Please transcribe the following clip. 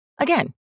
Again